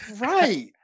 right